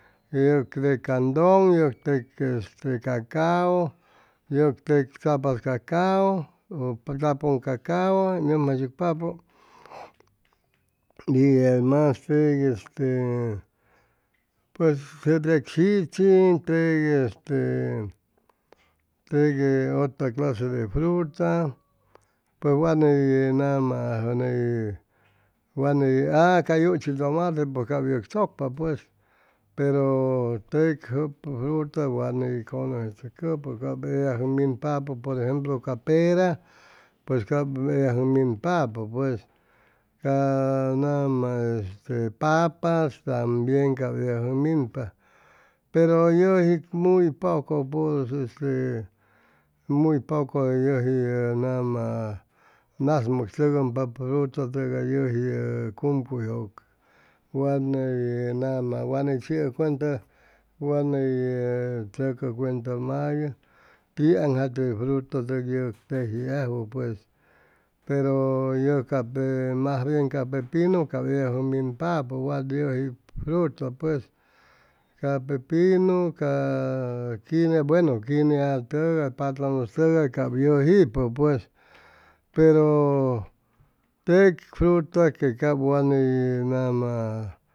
Yʉc tec candon yʉc tec este te cacao yʉc tec tzapatz cacao u tzapʉn cacao hʉy nʉmjayshucpapʉ y mas tec este pues tec sichi tec este tec otra clase de fruta pues wa ney nama wa ney a ca yuchi tomate pues cap yec tzʉcpa pues pero tec fruta wa ney conosechʉcʉpʉ cap ellajʉg minpapʉ por ejemplo ca pera pues cap ellajʉjʉ minpapʉ pues ca nama papas tambien cap ellajʉg minpa pero yʉji muy poco pues este muy poco yʉji yʉ nama nasmʉ tzʉgʉmpa productop tʉgay yʉji yʉ cumcuyjʉ wa ney nama wa ney chiʉ cuenta wa ney tzʉcʉ cuenta mayʉ tianjate frutu tʉg tejiajwʉ pues pero ca pepino mas bien ca minpapo ellajʉ minpapo wat yʉjip fruta pues ca pepinu ca quinea biuenu ca quine patanus tʉgay cap yʉjipʉ pues pero tec fruta que cap wa ney nama